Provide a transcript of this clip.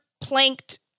planked